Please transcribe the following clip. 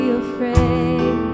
afraid